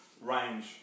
range